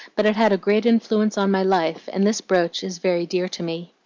but it had a great influence on my life, and this brooch is very dear to me.